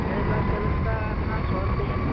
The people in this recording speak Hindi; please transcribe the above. जय विलास पैलेस का अपना सौ रुपये है